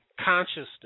consciousness